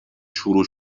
شروع